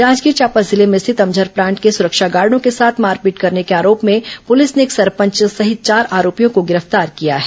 जांजगीर चांपा जिले में स्थित अमझर प्लांट के सुरक्षा गार्डो के साथ मारपीट करने के आरोप में पुलिस ने एक सरपंच सहित चार आरोपियों को गिरफ्तार किया है